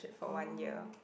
oh